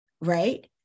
Right